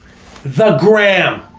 the gram.